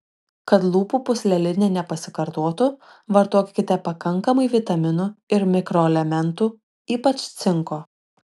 kad lūpų pūslelinė nepasikartotų vartokite pakankamai vitaminų ir mikroelementų ypač cinko